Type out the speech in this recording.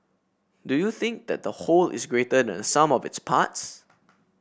do you think that the whole is greater than sum of its parts